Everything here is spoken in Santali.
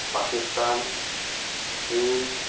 ᱯᱟᱠᱤᱥᱛᱟᱱ ᱪᱤᱱ